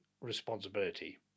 responsibility